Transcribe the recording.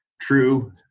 true